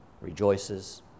rejoices